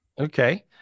Okay